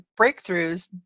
breakthroughs